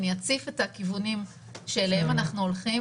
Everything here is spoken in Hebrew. אני אציף את הכיוונים שאליהם אנחנו הולכים.